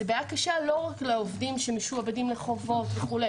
זו בעיה קשה לא רק לעובדים שמשועבדים לחובות וכו',